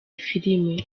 filimi